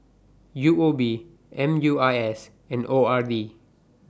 U O B M U I S and O R B